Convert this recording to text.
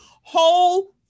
whole